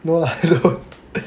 no lah